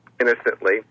innocently